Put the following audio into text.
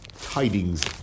Tidings